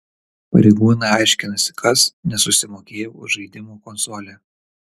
pareigūnai aiškinasi kas nesusimokėjo už žaidimų konsolę